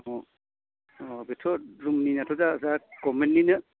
अह अह बेथ' जोंनियाथ' दा गभर्नमेन्तनिनो